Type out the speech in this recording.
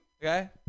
okay